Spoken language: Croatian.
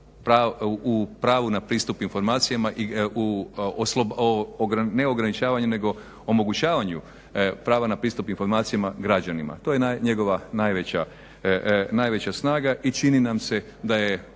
u pravu na pristup informacijama ne ograničavanje nego omogućavaju prava na pristup informacijama građanima. To je njegova najveća snaga i čini nam se da je